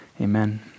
Amen